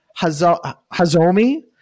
Hazomi